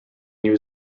new